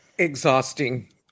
Exhausting